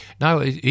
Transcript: No